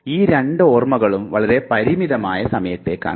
ഈ രണ്ട് ഓർമകളും വളരെ പരിമിതമായ സമയത്തേക്കാണ്